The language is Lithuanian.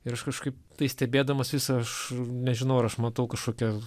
ir aš kažkaip tai stebėdamas visą aš nežinau ar aš matau kažkokią